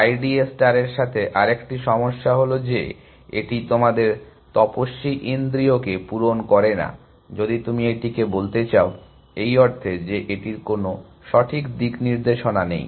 I d A স্টারের সাথে আরেকটি সমস্যা হল যে এটি তোমাদের তপস্বী ইন্দ্রিয়কে পূরণ করে না যদি তুমি এটিকে বলতে চাও এই অর্থে যে এটির কোনো সঠিক দিকনির্দেশনা নেই